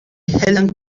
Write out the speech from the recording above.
helan